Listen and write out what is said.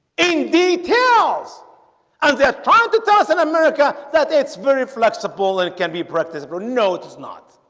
in details and they're trying to tell us in america that it's very flexible and it can be practiced or notice not